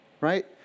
right